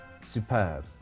superb